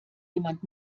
jemand